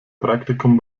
praktikum